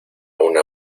una